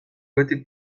beti